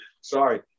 Sorry